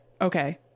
Okay